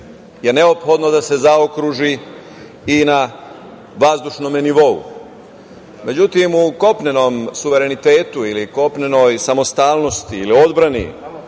je neophodno da se zaokruži i na vazdušnom nivou.Međutim, u kopnenom suverenitetu ili kopnenoj samostalnosti ili odbrani